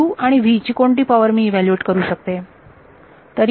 u आणि v ची कोणती पॉवर मी ईव्हॅल्यूएट करू शकते